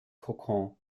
kokon